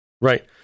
Right